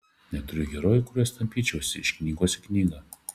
neturiu herojų kuriuos tampyčiausi iš knygos į knygą